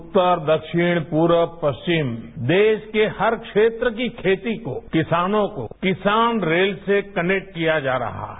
उत्तर दक्षिण पूर्व पश्विम देश के हर क्षेत्र की खेती को किसानों को किसान रेल से कनेक्ट किया जा रहा है